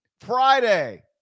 Friday